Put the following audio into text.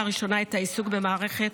לראשונה את העיסוק במערכות